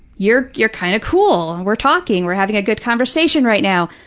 you're you're kind of cool. and we're talking. we're having a good conversation right now.